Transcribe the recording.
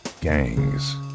gangs